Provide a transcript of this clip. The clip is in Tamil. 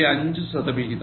5 சதவிகிதம்